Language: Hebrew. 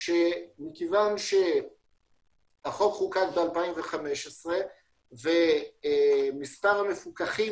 שמכיוון שהחוק חוקק ב-2015 ומספר המפוקחים